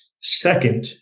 Second